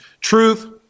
Truth